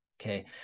Okay